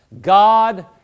God